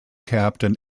captain